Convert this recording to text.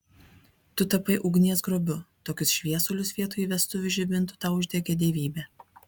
tu tapai ugnies grobiu tokius šviesulius vietoj vestuvių žibintų tau uždegė dievybė